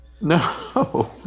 No